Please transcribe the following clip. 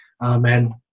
Amen